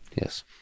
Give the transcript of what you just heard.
Yes